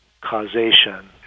causation